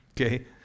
okay